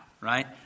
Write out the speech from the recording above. right